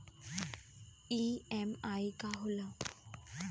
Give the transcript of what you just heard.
EMI का होला?